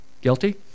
guilty